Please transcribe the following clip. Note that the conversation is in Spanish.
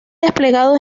desplegado